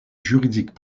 juridique